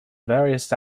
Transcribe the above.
various